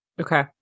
Okay